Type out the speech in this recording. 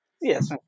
Yes